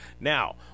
now